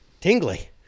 tingly